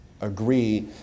agree